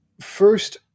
first